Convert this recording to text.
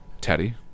Teddy